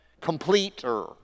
completer